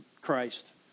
Christ